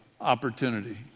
opportunity